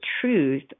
truth